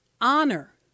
honor